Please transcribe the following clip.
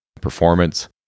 performance